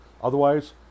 Otherwise